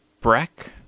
Breck